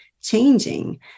changing